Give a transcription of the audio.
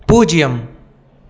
பூஜ்ஜியம்